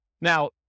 Now